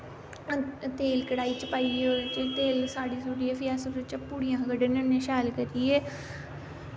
तेल कड़ाही च पाइयै ओह्दे च तेल साड़ी सूड़ियै फ्ही अस ओह्दे च पुड़ियां क'ड्डने होने शैल करियै